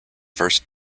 first